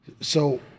So-